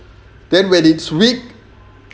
then when it's weak